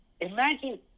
Imagine